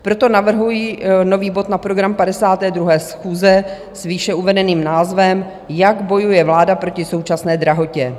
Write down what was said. Proto navrhuji nový bod na program 52. schůze s výše uvedeným názvem Jak bojuje vláda proti současné drahotě.